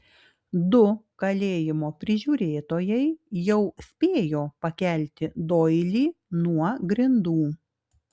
du kalėjimo prižiūrėtojai jau spėjo pakelti doilį nuo grindų